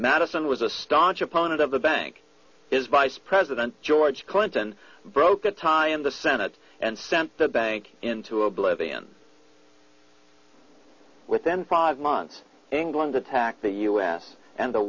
madison was a staunch opponent of the bank is vice president george clinton broke a time in the senate and sent the bank into oblivion within five months england attacked the us and the